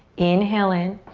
inhale in.